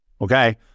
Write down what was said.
Okay